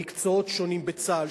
במקצועות שונים בצה"ל,